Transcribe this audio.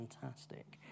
fantastic